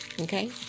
okay